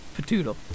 patootle